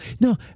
No